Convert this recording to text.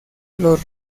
los